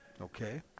Okay